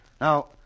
Now